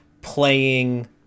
playing